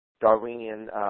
Darwinian